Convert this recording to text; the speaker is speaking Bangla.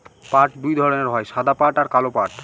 পাট দুই ধরনের হয় সাদা পাট আর কালো পাট